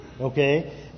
Okay